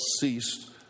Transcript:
ceased